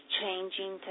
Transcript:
changing